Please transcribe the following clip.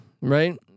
right